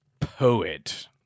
poet